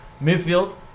Midfield